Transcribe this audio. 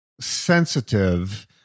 sensitive